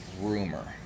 rumor